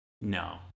No